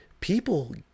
people